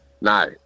No